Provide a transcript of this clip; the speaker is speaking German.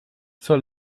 zur